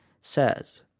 says